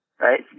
Right